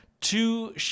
two